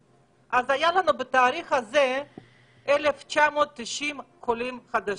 בתאריך הזה היו לנו 1,990 חולים חדשים,